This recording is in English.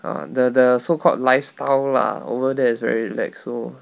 err the the so called lifestyle lah over there is very relax so